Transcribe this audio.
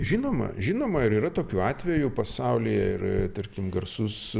žinoma žinoma ir yra tokių atvejų pasaulyje ir tarkim garsus